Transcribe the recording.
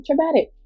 traumatic